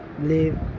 live